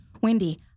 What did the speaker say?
Wendy